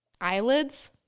eyelids